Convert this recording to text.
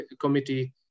Committee